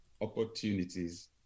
opportunities